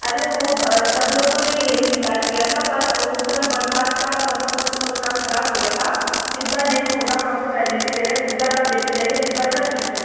अरे वो सब लोगों ने यही शिकायत किया था पर उस समय बरसात का मौसम था तो वो थोड़ा ख़राब हो गया था इस बार नहीं होगा हम आपको गैरेंटी दे रहे हैं इस बार आप ले कर जाइए इस बार का ठीक है